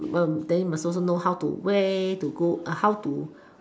then you must also know where to go the way how to